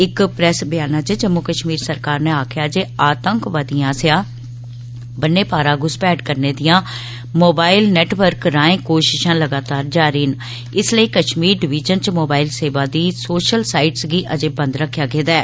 इक प्रेस व्यान च जम्मू कश्मीर सरकार नै आक्खेआ जे आतंकवादिए आस्सेआ बन्न पारा घूसपैठ करने दियां मोबाइल नेटवर्क राए कोशशां लगातार जारी न इस लेई कश्मीर डवीजन च मोबाइल सेवा दी सोशल साईटस गी अजें बंद रखेआ गेदा ऐ